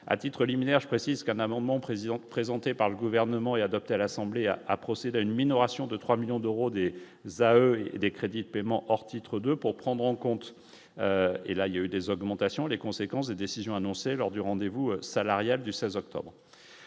à titre liminaire, je précise qu'un amendement présidente présenté par le gouvernement et adopté à l'Assemblée, a procédé à une minoration de 3 millions d'euros des visas à eux et des crédits de paiement or titre 2 pour prendre en compte et là il y a eu des augmentations, les conséquences des décisions annoncées lors du rendez-vous salarial du 16 octobre